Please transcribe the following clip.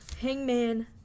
Hangman